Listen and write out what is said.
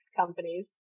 companies